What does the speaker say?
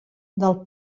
del